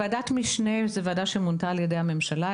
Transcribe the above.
ועדת משנה זאת ועדה שמונתה על ידי הממשלה.